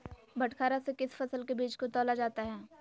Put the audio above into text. बटखरा से किस फसल के बीज को तौला जाता है?